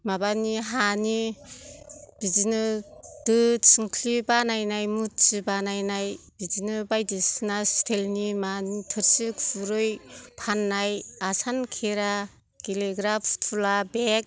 माबानि हानि बिदिनो दो थिंख्लि बानायनाय मुर्थि बानायनाय बिदिनो बायदिसिना सिटिलनि मानि थोरसि खुरै फाननाय आसान खेरा गेलेग्रा फुथुला बेग